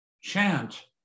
chant